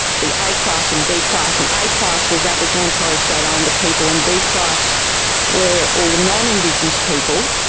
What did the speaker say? the a class and b class, and a class was aboriginal and torres strait um islander people and b class were all the non-indigenous people.